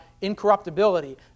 incorruptibility